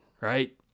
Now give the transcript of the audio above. right